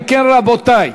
אם כן, רבותי,